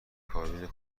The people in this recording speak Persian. کابین